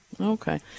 okay